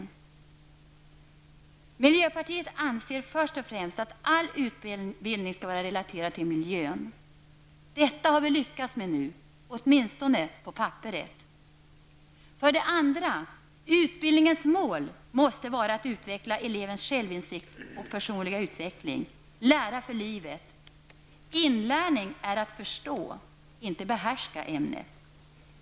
Vi i miljöpartiet anser för det första att all utbildning skall vara relaterad till miljön. Detta har vi lyckats med nu -- åtminstone på papperet. För det andra anser vi att utbildningens mål måste vara att utveckla elevens självinsikt och personliga utvecklingen. Lära för livet. Inlärning är att förstå, inte behärska, ämnet.